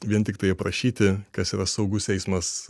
vien tiktai aprašyti kas yra saugus eismas